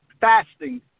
fasting